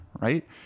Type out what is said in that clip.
right